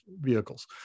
vehicles